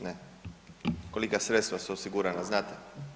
Ne, kolika sredstva su osigurana znate?